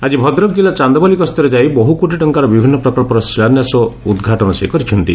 ଆଜି ଭଦ୍ରକ ଜିଲ୍ଲା ଚାନ୍ଦବାଲି ଗସ୍ତରେ ଯାଇ ବହୁ କୋଟି ଟଙ୍କାର ବିଭିନୁ ପ୍ରକଞ୍ଚର ଶିଳାନ୍ୟାସ ଓ ଉଦ୍ଘାଟନ କରିଛନ୍ତି